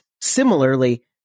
similarly